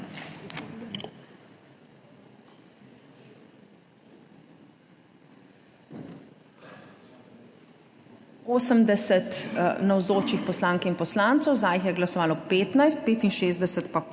80 navzočih poslank in poslancev, za jih je glasovalo 15, 65 pa